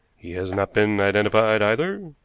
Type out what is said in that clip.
he has not been identified either?